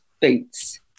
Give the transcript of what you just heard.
boots